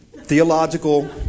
theological